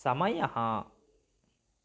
समयः